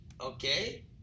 okay